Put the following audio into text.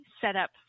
setup